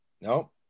No